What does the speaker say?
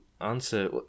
answer